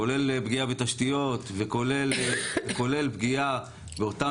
כולל פגיעה בתשתיות וכולל פגיעה באותם